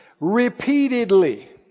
Repeatedly